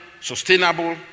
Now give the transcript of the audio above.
sustainable